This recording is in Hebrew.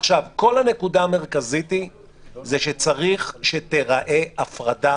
הנקודה המרכזית היא שצריך שתיראה הפרדה